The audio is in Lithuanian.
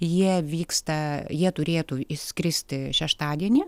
jie vyksta jie turėtų išskristi šeštadienį